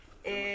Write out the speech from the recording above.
ראש.